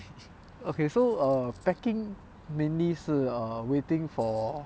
okay so err parking mainly 是 err waiting for